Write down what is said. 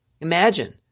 Imagine